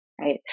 right